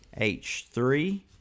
H3